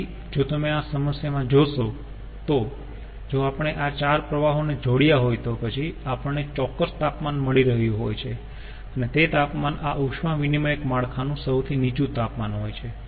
તેથી જો તમે આ સમસ્યામાં જોશો તો જો આપણે આ ચાર પ્રવાહો ને જોડ્યા હોય તો પછી આપણને ચોક્કસ તાપમાન મળી રહ્યું હોય છે અને તે તાપમાન આ ઉષ્મા વિનીમયક માળખાનું સૌથી નીચું તાપમાન હોય છે